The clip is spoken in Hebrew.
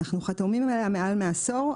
אנחנו חתומים עליה מעל עשור,